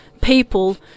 people